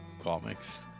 comics